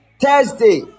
thursday